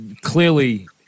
clearly